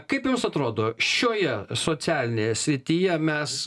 kaip jums atrodo šioje socialinėje srityje mes